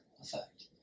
effect